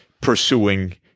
pursuing